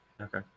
Okay